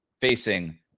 facing